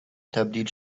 تبدیل